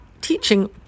teaching